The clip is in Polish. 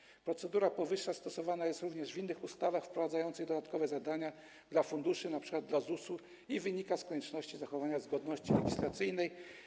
Powyższa procedura stosowana jest również w innych ustawach wprowadzających dodatkowe zadania dla funduszy, np. dla ZUS-u, i wynika z konieczności zachowania zgodności legislacyjnej.